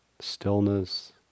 stillness